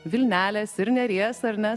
vilnelės ir neries ar ne